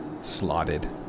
slotted